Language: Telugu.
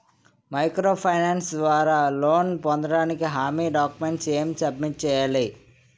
మైక్రో ఫైనాన్స్ ద్వారా లోన్ పొందటానికి హామీ డాక్యుమెంట్స్ ఎం సబ్మిట్ చేయాలి?